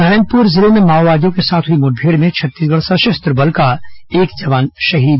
नारायणपुर जिले में माओवादियों के साथ हुई मुठमेड़ में छत्तीसगढ़ सशस्त्र बल का एक जवान शहीद